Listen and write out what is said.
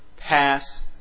Pass